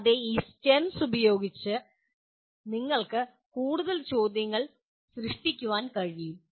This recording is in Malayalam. കൂടാതെ ഈ STEMS ഉപയോഗിച്ച് നിങ്ങൾക്ക് കൂടുതൽ ചോദ്യങ്ങൾ സൃഷ്ടിക്കാനും കഴിയും